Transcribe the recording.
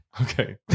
Okay